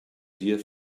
dear